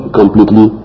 completely